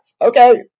okay